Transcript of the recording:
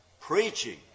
preaching